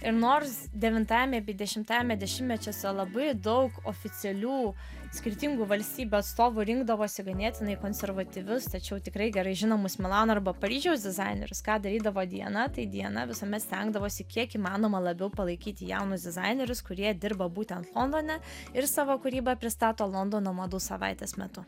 ir nors devintajame bei dešimtajame dešimtmečiuose labai daug oficialių skirtingų valstybių atstovų rinkdavosi ganėtinai konservatyvius tačiau tikrai gerai žinomus milano arba paryžiaus dizainerius ką darydavo diana tai diana visame stengdavosi kiek įmanoma labiau palaikyti jaunus dizainerius kurie dirba būtent londone ir savo kūrybą pristato londono madų savaitės metu